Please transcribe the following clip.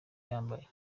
yambaye